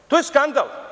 Pa, to je skandal.